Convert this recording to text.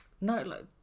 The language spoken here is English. no